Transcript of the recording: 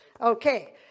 Okay